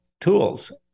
tools